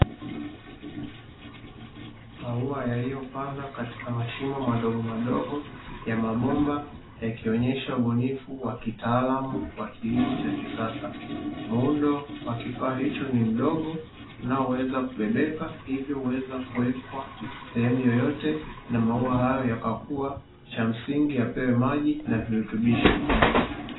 Mauwa yaliyo pandwa katika mashimo madogomadogo ya mabomba yakionyesha, ubunifu wa kitaalamu wa kilimo cha kisasa, muundo wa kifaa icho ni mdogo unaoweza kubebeka hivyo huweza kuwekwa sehemu yeyote na mauwa hayo yakakuwa cha msingi yapewe maji na virutubisho.